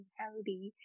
healthy